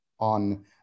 on